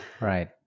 right